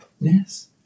Yes